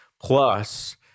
plus